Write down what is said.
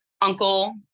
uncle